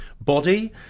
body